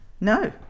No